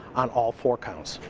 on all four counts.